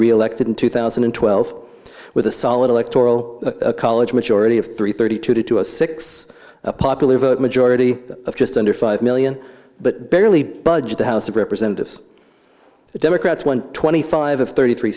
reelected in two thousand and twelve with a solid electoral college majority of three thirty two to a six a popular vote majority of just under five million but barely budged the house of representatives the democrats won twenty five of thirty three